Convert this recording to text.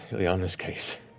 illiana's case.